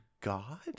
god